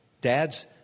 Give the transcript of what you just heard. Dad's